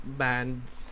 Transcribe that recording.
bands